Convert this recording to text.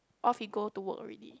off he go to work already